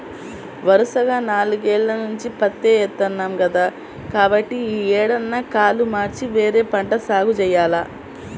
వరసగా నాలుగేల్ల నుంచి పత్తే ఏత్తన్నాం కదా, కాబట్టి యీ ఏడన్నా కాలు మార్చి వేరే పంట సాగు జెయ్యాల